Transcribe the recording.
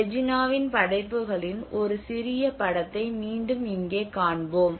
ரெஜினாவின் படைப்புகளின் ஒரு சிறிய படத்தை மீண்டும் இங்கே காண்போம்